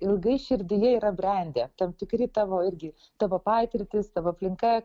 ilgai širdyje yra brendę tam tikri tavo irgi tavo patirtys tavo aplinka